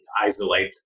isolate